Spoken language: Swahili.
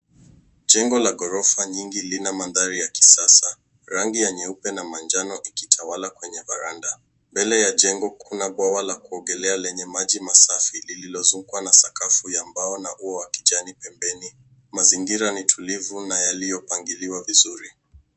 Jengo la ghorofa nyingi lina mandhari ya kisasa. Rangi ya nyeupe na manjano ikitawala kwenye varanda. Mbele ya jengo kuna bwawa la kuogelea lenye maji masafi lililozungukwa na sakafu ya mbao na ua wa kijani pembeni. Mazingira ni tulivu na yaliyopangiliwa vizuri.